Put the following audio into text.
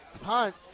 punt